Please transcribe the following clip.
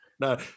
No